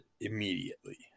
immediately